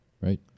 right